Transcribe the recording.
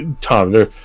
Tom